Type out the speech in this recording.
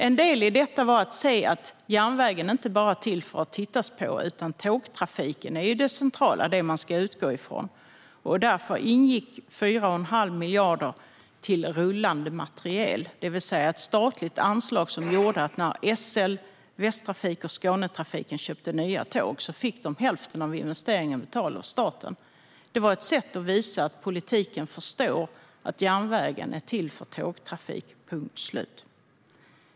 En del i detta var att järnvägen inte bara är till för att tittas på utan att tågtrafiken är det centrala och det man ska utgå från. Därför ingick 4 1⁄2 miljard till rullande materiel, det vill säga ett statligt anslag som gjorde att när SL, Västtrafik och Skånetrafiken köpte nya tåg fick de hälften av investeringen betald av staten. Det var ett sätt att visa att politiken förstår att järnvägen är till för tågtrafik, punkt slut.